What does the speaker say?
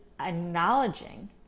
acknowledging